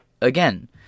again